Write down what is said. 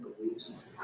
beliefs